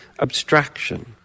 abstraction